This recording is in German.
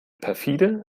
perfide